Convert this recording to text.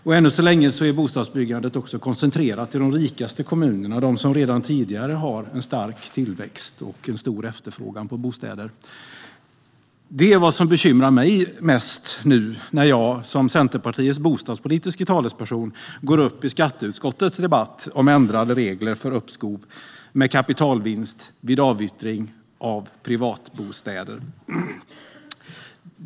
Och än så länge är bostadsbyggandet också koncentrerat till de rikaste kommunerna som redan tidigare har en stark tillväxt och en stor efterfrågan på bostäder Det är vad som bekymrar mig mest nu, när jag som Centerpartiets bostadspolitiske talesperson går upp i skatteutskottets debatt om ändrade regler för uppskov med kapitalvinst vid avyttring av privatbostäder.